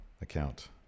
Account